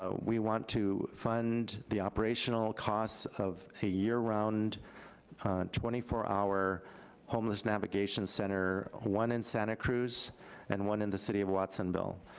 ah we want to fund the operational costs of a year-round twenty four hour homeless navigation center, one in santa cruz and one in the city of watsonville.